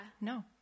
no